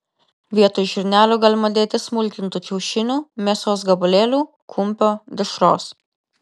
vietoj žirnelių galima dėti smulkintų kiaušinių mėsos gabalėlių kumpio dešros